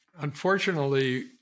Unfortunately